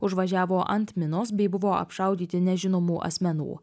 užvažiavo ant minos bei buvo apšaudyti nežinomų asmenų